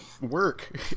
work